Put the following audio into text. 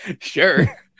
sure